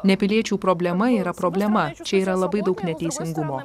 nepiliečių problema yra problema čia yra labai daug neteisingumo